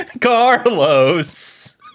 Carlos